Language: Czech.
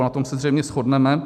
Na tom se zřejmě shodneme.